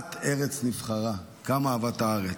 את ארץ נבחרה" כמה אהבת הארץ.